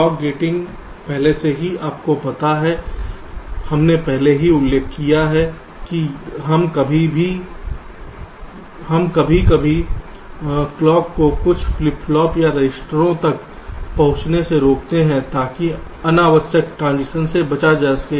clock gating पहले से ही आपको पता है कि हमने पहले भी उल्लेख किया है कि हम कभी कभी क्लॉक को कुछ फ्लिप फ्लॉप या रजिस्टरों तक पहुंचने से रोकते हैं ताकि अनावश्यक ट्रांजीशन से बचा जा सके